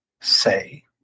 say